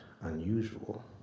unusual